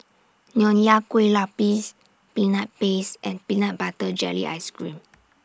Nonya Kueh Lapis Peanut Paste and Peanut Butter Jelly Ice Cream